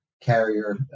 carrier